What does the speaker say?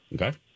Okay